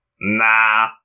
Nah